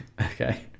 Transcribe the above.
Okay